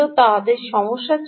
তাদের সমস্যা ছিল